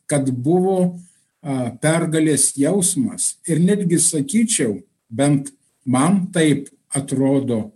kad buvo pergalės jausmas ir netgi sakyčiau bent man taip atrodo